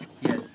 Yes